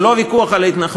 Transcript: זה לא ויכוח על ההתנחלויות,